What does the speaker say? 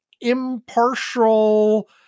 impartial